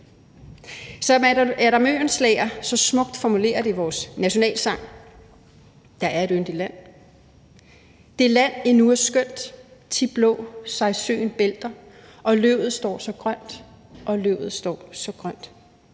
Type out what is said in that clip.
Som Adam Oehlenschläger så smukt formulerer det i vores nationalsang, »Der er et yndigt land«: »Det land endnu er skønt,/ thi blå sig søen bælter,/ og løvet står så grønt,/ og løvet står så grønt/